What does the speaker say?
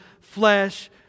flesh